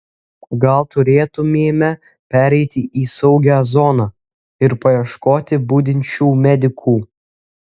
gal turėtumėme pereiti į saugią zoną ir paieškoti budinčių medikų